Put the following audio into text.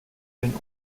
den